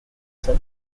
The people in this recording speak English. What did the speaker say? sun